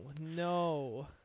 no